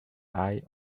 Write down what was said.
eye